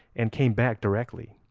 and came back directly.